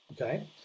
okay